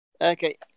Okay